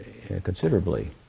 considerably